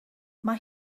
mae